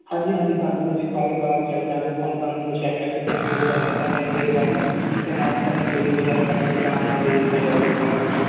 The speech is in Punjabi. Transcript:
ਹਾਂਜੀ ਹਾਂਜੀ ਸਾਨੂੰ ਇਹ ਸਾਰੇ ਕਾਰਡ ਚੱਲ ਜਾਣਗੇ ਨੂੰ ਰੀਸੈਪਸ਼ਨ 'ਤੇ ਫੋਮ ਫਿਲ ਕਰਨੇ ਪੈਣੇ ਇਹਦੇ ਰਿਗਾਰਡਿੰਗ ਅਤੇ ਨਾਲ ਹੀ ਤੁਹਾਨੂੰ ਬਿਲ ਵਗੈਰਾ ਕੱਟ ਕੇ ਤਾਂ ਨਾਲ ਦੇ ਦਿੱਤਾ ਜਾਵੇਗਾ ਸਾਰਾ ਕੁਛ